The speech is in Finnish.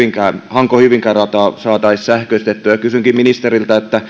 hanko hyvinkää rata saataisiin sähköistettyä kysynkin ministeriltä